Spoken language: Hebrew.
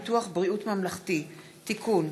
הצעת חוק ביטוח בריאות ממלכתי (תיקון,